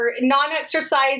non-exercise